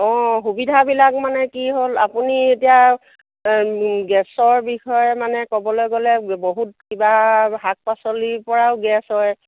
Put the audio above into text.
অঁ সুবিধাবিলাক মানে কি হ'ল আপুনি এতিয়া গেছৰ বিষয়ে মানে ক'বলৈ গ'লে বহুত কিবা শাক পাচলিৰপৰাও গেছ হয়